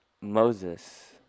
Moses